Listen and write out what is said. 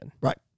Right